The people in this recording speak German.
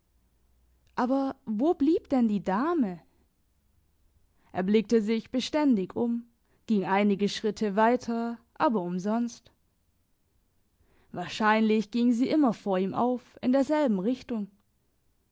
aber wo blieb denn die dame er blickte sich beständig um ging einige schritte weiter aber umsonst wahrscheinlich ging sie immer vor ihm auf in derselben richtung